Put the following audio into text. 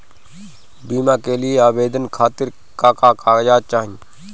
बीमा के लिए आवेदन खातिर का का कागज चाहि?